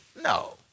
No